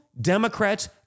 Democrats